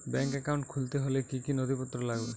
Bank account খুলতে হলে কি কি নথিপত্র লাগবে?